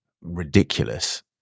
ridiculous